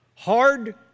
Hard